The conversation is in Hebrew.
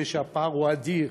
גם אימא שלך הייתה,